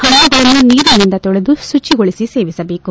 ಹಣ್ಣುಗಳನ್ನು ನೀರಿನಿಂದ ತೊಳೆದು ಶುಚಿಗೊಳಿಸಿ ಸೇವಿಸಬೇಕು